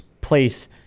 place